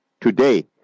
today